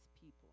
people